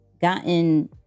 gotten